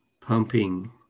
pumping